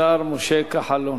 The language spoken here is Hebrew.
השר משה כחלון.